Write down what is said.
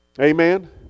Amen